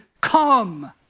come